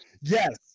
yes